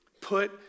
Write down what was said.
Put